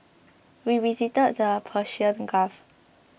we visited the Persian Gulf